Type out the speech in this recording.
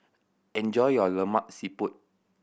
enjoy your Lemak Siput